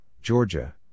Georgia